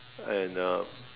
and